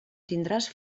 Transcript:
tindràs